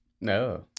No